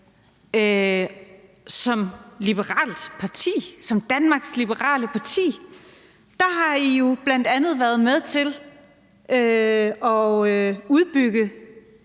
skal gå nedad. Som Danmarks Liberale Parti har I jo bl.a. været med til at udbygge